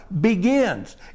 begins